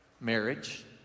marriage